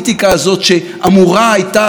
בעצם עובדת רק אצל עצמה,